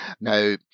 Now